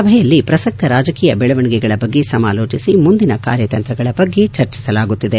ಸಭೆಯಲ್ಲಿ ಪ್ರಸಕ್ತ ರಾಜಕೀಯ ಬೆಳವಣಿಗೆಗಳ ಬಗ್ಗೆ ಸಮಾಲೋಚಿಸಿ ಮುಂದಿನ ಕಾರ್ಯತಂತ್ರಗಳ ಬಗ್ಗೆ ಚರ್ಚಿಸಲಾಗುತ್ತಿದೆ